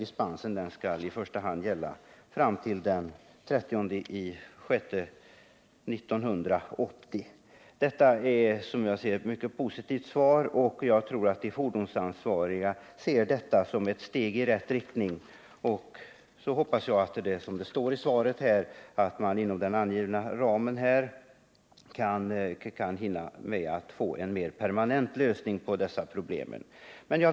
Dispens skall i första hand gälla fram till den 30 juni 1980. Det som i detta avseende sägs i svaret är som jag ser det mycket positivt, och jag tror att de fordonsansvariga ser den här åtgärden som ett steg i rätt riktning. Jag hoppas också att trafiksäkerhetsverket skall hinna förverkliga de planer man enligt svaret har när det gäller att få fram en mera permanent lösning på dessa problem.